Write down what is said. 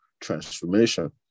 transformation